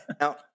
now